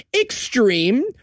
Extreme